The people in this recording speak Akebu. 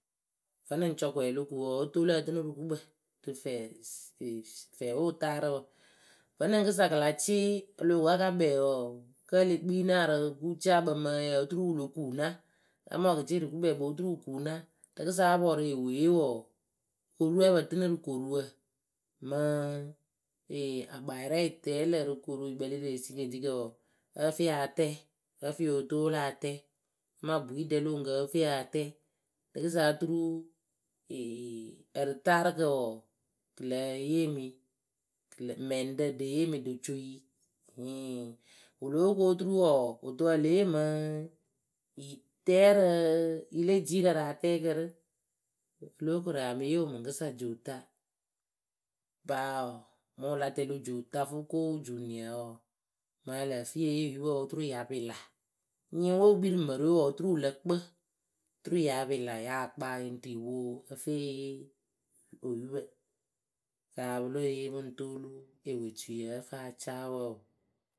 vǝ́nɨŋ cɔkɔɛ lo kuu wɔɔ, o toolu ǝ tɨnɨ rɨ gukpǝ. Rɨ fɛɛ fɛɛwe wɨ taarɨ wǝ. Vǝ́nɨŋ kɨsa kɨ la cɩɩ o loh ko aka kpɛɛ wɔɔ kǝ́ e le kpii naa rɨ gucaakpǝ mɨ ǝyǝǝ oturu wɨ lo kuuna. Amaa wɨ ke ce wɨ ri gukpɛɛkpoo oturu wu kuuna. Rɨkɨsa áa pɔrʊ eweye wɔɔ o ru ǝ pǝ tɨnɨ rɨ koruwǝ. Mɨɨɨŋ Ee akpayɨrɛ yɨ tɛɛ lǝ̈ rɨ koruu yɨ kpɛlɩ lǝ̈ rɨ etikeŋtikǝ wɔɔ, ǝ́ǝ fɨ yɩ atɛɛ ǝ́ǝ fɨ yɨ o otoolu atɛɛ amaa bwiiɖɛ lo oŋuŋkǝ ǝ fɨ yɨ atɛɛ. Rɨkɨsa oturu eee ǝrɨtaarɨkǝ wɔɔ kɨ lǝǝ yeemi. Kɨ lǝ, mɛŋɖǝ ɖe yeemi ɖo co yi, ɩŋhɩɩŋ wɨ lóo ku oturu wɔɔ wɨ tɨ a lée yee mɨŋŋŋ Yi tɛɛ rɨ yɨle jiirǝ rɨ atɛɛkǝ rɨ. O lóo koru a mɨ yee wɨ mɨŋkɨsa juuta. Paa wɔɔ, mʊ la tɛlɩ juuta fɨ koo juuniǝ wɔɔ, mɨŋ ǝ lǝǝ fɨ yɨ e yee yupǝ oturu ya pɩla. Nyɩŋwe wɨ kpii rɨ mǝrɨwe wɔɔ oturu wɨ lǝ kpɨ, turu ya pɩla yah kpaa yɨŋ tɨ yɨ poo ǝfɨ eyee oyupǝ. Kaa pɨ leh yee pɨ ŋ toolu ewetuyǝ ǝ fɨ acaa wǝǝ oo.